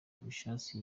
ababishaka